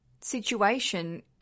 situation